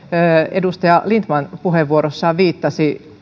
edustaja lindtman puheenvuorossaan viittasi